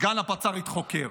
סגן הפצ"רית חוקר.